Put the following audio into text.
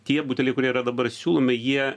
tie buteliai kurie yra dabar siūlomi jie